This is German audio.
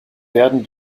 werden